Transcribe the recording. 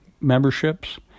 memberships